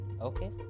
okay